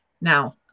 Now